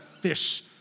fish